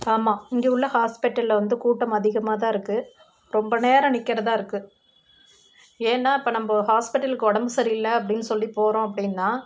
ஆமாம் இங்கே உள்ள ஹாஸ்பிட்டலில் வந்து கூட்டம் அதிகமாக தான் இருக்குது ரொம்ப நேரம் நிற்கறதா இருக்குது ஏன்னால் இப்போ நம்ம ஹாஸ்பிட்டலுக்கு உடம்பு சரியில்லை அப்படின்னு சொல்லி போகிறோம் அப்படின்னா